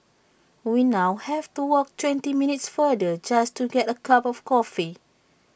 we now have to walk twenty minutes farther just to get A cup of coffee